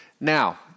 Now